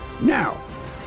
Now